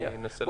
אני מנסה להבין.